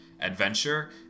adventure